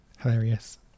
hilarious